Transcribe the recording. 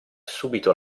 subito